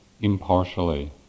impartially